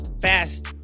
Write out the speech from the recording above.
Fast